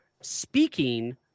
speaking –